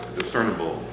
discernible